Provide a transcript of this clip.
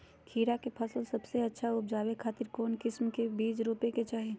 खीरा के फसल सबसे अच्छा उबजावे खातिर कौन किस्म के बीज रोपे के चाही?